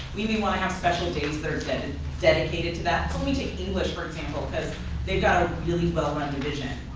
we may want to have special days that are dedicated to that so let me take english for example because they've got a really well run division.